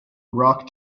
rock